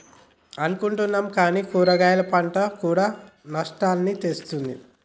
అనుకుంటున్నాం కానీ కూరగాయలు పంట కూడా నష్టాల్ని తెస్తుంది